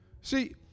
See